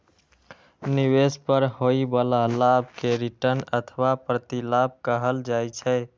निवेश पर होइ बला लाभ कें रिटर्न अथवा प्रतिलाभ कहल जाइ छै